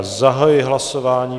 Zahajuji hlasování.